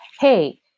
hey